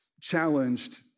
challenged